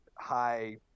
high